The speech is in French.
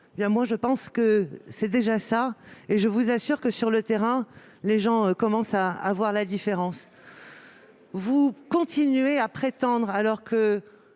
je pense que ce n'est déjà pas mal. Je puis vous l'assurer, sur le terrain, les gens commencent à voir la différence. Vous continuez à prétendre, alors que